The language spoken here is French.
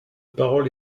parole